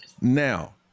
now